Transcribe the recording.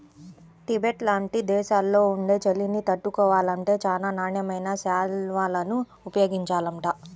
Tibet లాంటి దేశాల్లో ఉండే చలిని తట్టుకోవాలంటే చానా నాణ్యమైన శాల్వాలను ఉపయోగించాలంట